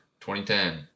2010